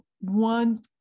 one